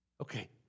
Okay